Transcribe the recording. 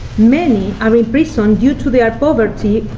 many are in prison due to their poverty,